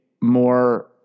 more